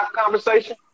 conversation